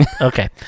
Okay